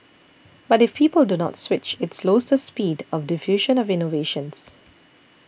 but if people do not switch it slows the speed of diffusion of innovations